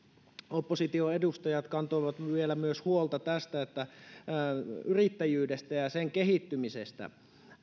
oppositioedustajat kantoivat vielä huolta myös yrittäjyydestä ja ja sen kehittymisestä